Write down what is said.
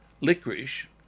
licorice